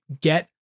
get